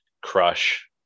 Crush